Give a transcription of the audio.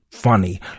funny